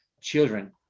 children